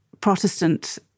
Protestant